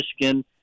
Michigan